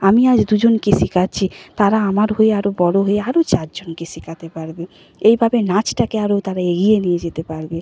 আমি আজ দুজনকে শেখাচ্ছি তারা আমার হয়ে আরও বড় হয়ে আরও চারজনকে শেখাতে পারবে এইভাবে নাচটাকে আরও তারা এগিয়ে নিয়ে যেতে পারবে